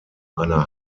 einer